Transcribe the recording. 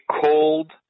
cold